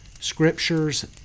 Scriptures